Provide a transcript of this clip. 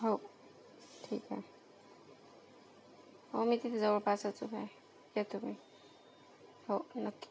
हो ठीक आहे हो मी तिथं जवळपासच उभा आहे या तुम्ही हो नक्की